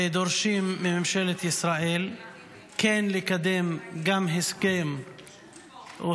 ודורשים מממשלת ישראל כן לקדם גם הסכם או